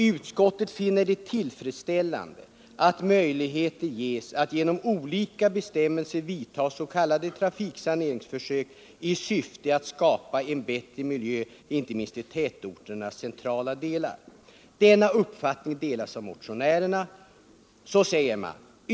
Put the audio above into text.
——— Utskottet finner det tillfredsställande att möjligheter ges att genom olika bestämmelser vidta s.k. trafiksaneringsförsök i syfte att skapa en bättre miljö inte minst i tätorternas centrala delar. Denna uppfattning delas av motionärerna.